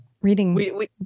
Reading